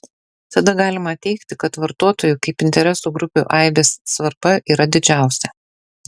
tada galima teigti kad vartotojų kaip interesų grupių aibės svarba yra didžiausia